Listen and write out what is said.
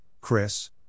Chris